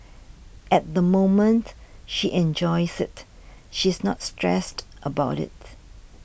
at the moment she enjoys it she's not stressed about it